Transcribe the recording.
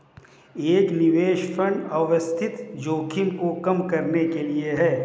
एक निवेश फंड अव्यवस्थित जोखिम को कम करने के लिए है